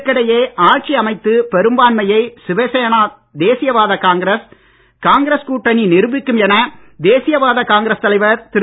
இதற்கிடையே ஆட்சி அமைத்து பெரும்பான்மையை சிவசேனை தெசியவாத காங்கிரஸ் காங்கிரஸ் கூட்டணி நிரூபிக்கும் என தேசியவாத காங்கிரஸ் தலைவர் திரு